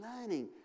learning